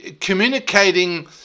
communicating